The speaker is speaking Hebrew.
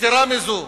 ויתירה מזו,